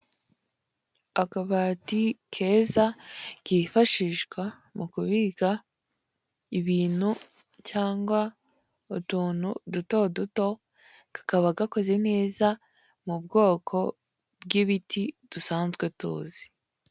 Akabati keza kifashishwa mu kubika ibintu cyangwa utuntu dutoduto kakaba gakoze neza mu bwoko bw'ibiti dusanzwe tuzi.